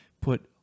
put